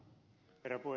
kiitoksia